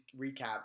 recap